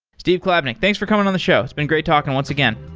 steve kalbnic, thanks for coming on the show. it's been great talking once again.